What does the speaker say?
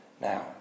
Now